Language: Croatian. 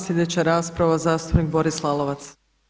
Sljedeća rasprava zastupnik Boris Lalovac.